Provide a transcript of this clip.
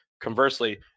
conversely